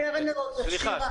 סליחה.